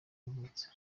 yavutse